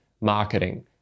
marketing